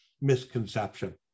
misconception